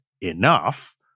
enough